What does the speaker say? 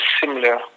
similar